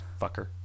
Fucker